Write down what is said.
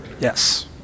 Yes